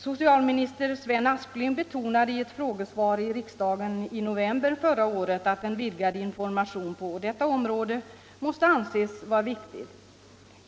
Socialminister Sven Aspling betonade i ett frågesvar i riksdagen i november förra året att en vidgad information på detta område måste anses vara viktig.